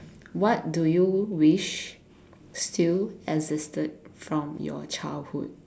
what do you wish still existed from your childhood